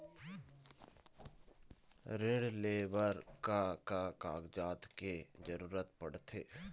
ऋण ले बर का का कागजात के जरूरत पड़थे?